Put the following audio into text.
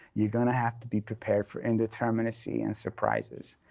you're going to have to be prepared for indeterminacy and surprises,